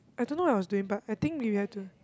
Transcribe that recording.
I don't know what I was doing but I think we had to